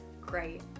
great